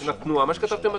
כמו שכתבתם בהתחלה: